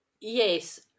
Yes